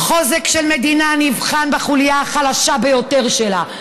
חוזק של מדינה נבחן בחוליה החלשה ביותר שלה,